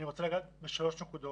אני רוצה לגעת בשלוש נקודות.